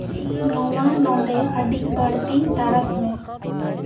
ᱱᱚᱣᱟ ᱱᱚᱸᱰᱮ ᱟᱹᱰᱤ ᱵᱟᱹᱲᱛᱤ ᱛᱟᱨᱟᱥ ᱢᱮ